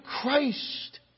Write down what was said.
Christ